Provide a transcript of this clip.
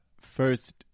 first